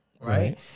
Right